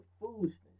foolishness